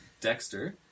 Dexter